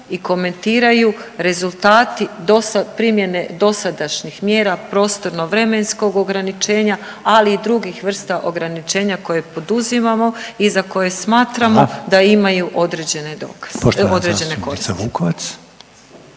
i komentiraju rezultati dosad primjene dosadašnjih mjera prostorno-vremenskog ograničenja, ali i drugih vrsta ograničenja koje poduzimamo i za koje smatramo…/Upadica Reiner: